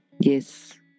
Yes